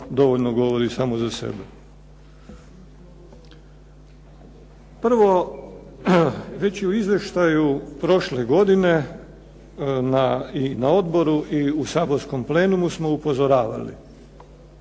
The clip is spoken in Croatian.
Prvo, već i u izvještaju prošle godine i na odboru i u saborskom plenumu smo upozoravali